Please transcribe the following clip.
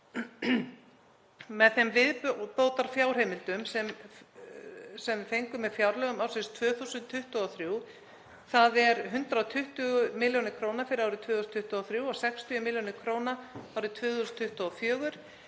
Með þeim viðbótarfjárheimildum sem fengust með fjárlögum ársins 2023, þ.e. 120 millj. kr. fyrir árið 2023 og 60 millj. kr. fyrir árið 2024,